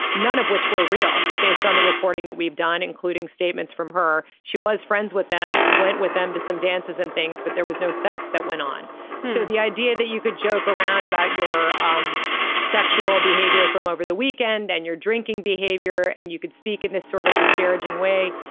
none of which were real based on the reporting that we've done including statements from her. she was friends with them went with them to some dances and things but there was no sex that went on. so the idea that you could joke around about your um sexual behavior from over the weekend and your drinking behavior and you could speak in this sort of disparaging way.